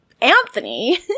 Anthony